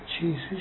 Jesus